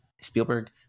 Spielberg